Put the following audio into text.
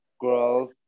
girls